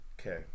Okay